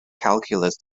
calculus